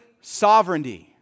Sovereignty